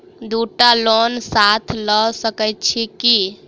दु टा लोन साथ लऽ सकैत छी की?